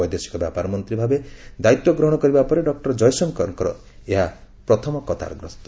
ବୈଦେଶିକ ବ୍ୟାପାର ମନ୍ତ୍ରୀ ଭାବେ ଦାୟିତ୍ୱ ଗ୍ରହଣ କରିବା ପରେ ଡକୁର ଜୟଶଙ୍କର ଏହା ପ୍ରଥମ କତାର ଗ୍ରସ୍ତ